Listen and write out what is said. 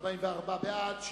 שמם.